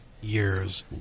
years